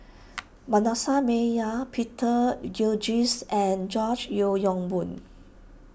Manasseh Meyer Peter Gilchrist and George Yeo Yong Boon